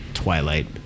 Twilight